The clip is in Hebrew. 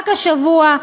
רק השבוע,